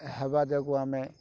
ହେବା ଯୋଗୁଁ ଆମେ